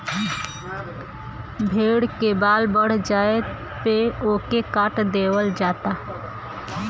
भेड़ के बाल बढ़ जाये पे ओके काट देवल जाला